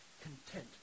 content